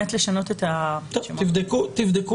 בן אדם